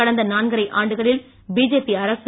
கடந்த நான்கரை ஆண்டுகளில் பிஜேபி அரசு